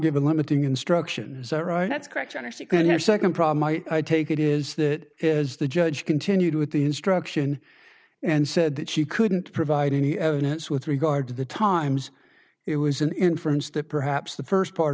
give a limiting instruction so right that's correct anderson could have second problem i take it is that is the judge continued with the instruction and said that she couldn't provide any evidence with regard to the times it was an inference that perhaps the first part